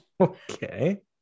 okay